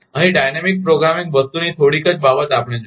અહીં dynamic programming વસ્તુની થોડીક જ બાબત આપણે જોઇશું